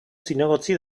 zinegotzi